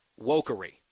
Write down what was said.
wokery